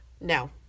No